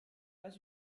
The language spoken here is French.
pas